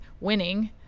winning